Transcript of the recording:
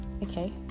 Okay